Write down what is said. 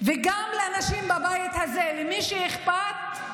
וגם לנשים בבית הזה, למי שאכפת,